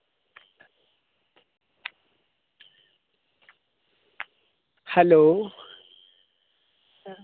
hello